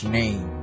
name